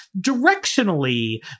directionally